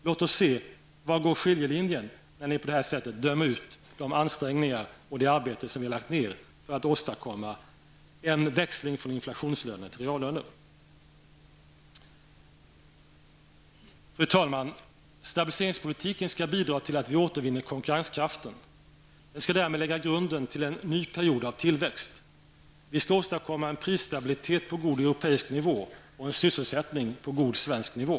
Låt oss se var skiljelinjen går när ni på det här sättet dömer ut de ansträngningar som gjorts och det arbete som vi har lagt ned för att åstadkomma en växling från inflationslöner till reallöner. Fru talman! Stabiliseringspolitiken skall bidra till att vi återvinner konkurrenskraft. Den skall därmed lägga grunden för en ny period av tillväxt. Vi skall åstadkomma en prisstabilitet på god europeisk nivå och en sysselsättning på god svensk nivå.